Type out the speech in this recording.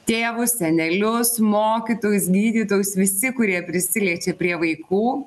tėvus senelius mokytojus gydytojus visi kurie prisiliečia prie vaikų